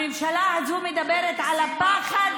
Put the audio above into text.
הממשלה הזו מדברת על הפחד,